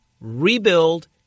rebuild